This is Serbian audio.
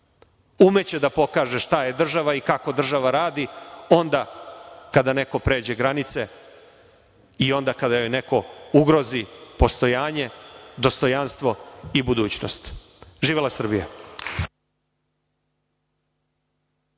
umeće da pokaže šta je država i kako država radi. Onda kada neko pređe granice i onda kada joj neko ugrozi postojanje, dostojanstvo i budućnost. Živela Srbija.